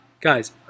Guys